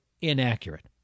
inaccurate